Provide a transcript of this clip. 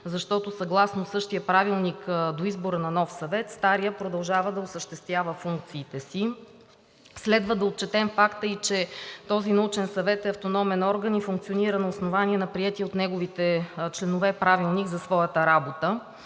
Защото съгласно същия правилник до избора на нов Съвет, старият продължава да осъществява функциите си. Следва да отчетем факта и че този научен съвет е автономен орган и функционира на основание на приетия от неговите членове Правилник за своята работа.